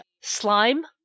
slime